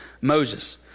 Moses